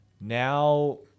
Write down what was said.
Now